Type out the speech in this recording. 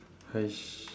!hais!